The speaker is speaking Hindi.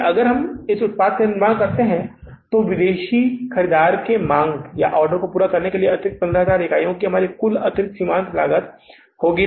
देखें अगर हम उत्पाद का निर्माण करते हैं तो विदेशी ख़रीदार से मांग या ऑर्डर पूरा करने के लिए अतिरिक्त 15000 इकाइयाँ हमारी कुल अतिरिक्त सीमांत लागत क्या है